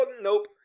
Nope